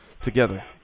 together